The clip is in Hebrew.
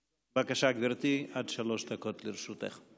בבקשה, גברתי, עד שלוש דקות לרשותך.